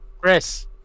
Chris